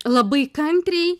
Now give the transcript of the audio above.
labai kantriai